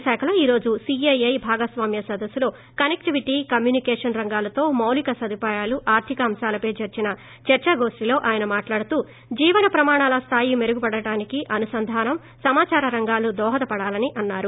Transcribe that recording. విశాఖలో ఈ రోజు సీఐఐ భాగస్వామ్య సదస్సులో కనెక్టివిటీ కమ్యునికేషన్ రంగాలతో మౌలిక సదుపాయాలు ఆర్గిక అంశాలపై జరిగిన చర్చాగోష్లిలో ఆయన మాట్లాడుతూ జీవిన ప్రమాణాల స్లాయి మెరుగుపడటానికి అనుసంధానం సమాచార రంగాలు దోహపడాలన్నారు